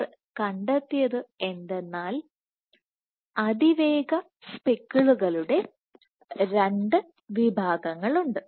അവർ കണ്ടെത്തിയത് എന്തെന്നാൽ അതിവേഗ സ്പെക്കിളുകളുടെ രണ്ടു വിഭാഗങ്ങളുണ്ട്